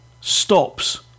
stops